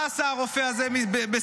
מה עשה הרופא הזה בסורוקה?